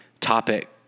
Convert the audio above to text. topic